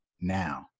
now